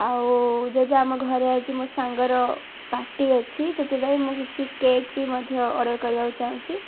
ଆଉ ଯେହେତୁ ଆମ ଘରେ ଆଇଛି ମୋ ସାଙ୍ଗର ପାର୍ଟି ଅଛି ସେଥିପାଇଁ ମୁଁ କିଛି କେକ୍ ବି ମଧ୍ୟ ଅର୍ଡ଼ର କରିବାକୁ ଚାହୁଁଛି